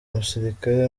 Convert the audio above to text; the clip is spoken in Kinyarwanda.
musirikare